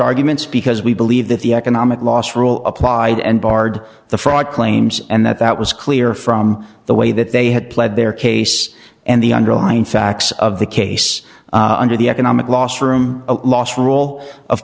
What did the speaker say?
arguments because we believe that the economic loss rule applied and barred the fraud claims and that that was clear from the way that they had pled their case and the underlying facts of the case under the economic loss room loss rule of